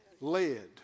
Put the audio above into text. led